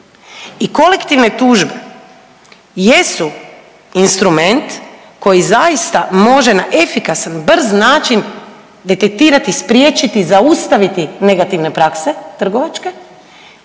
I kolektivne tužbe jesu instrument koji zaista može na efikasan, brz način detektirati, spriječiti, zaustaviti negativne prakse trgovačke